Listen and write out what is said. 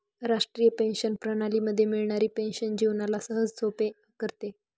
राष्ट्रीय पेंशन प्रणाली मध्ये मिळणारी पेन्शन जीवनाला सहजसोपे करते